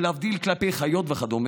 או להבדיל, כלפי חיות וכד',